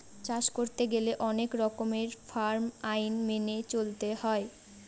চাষ করতে গেলে অনেক রকমের ফার্ম আইন মেনে চলতে হয়